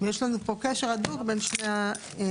יש לנו פה קשר הדוק בין שני התיקונים.